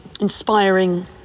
inspiring